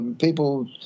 people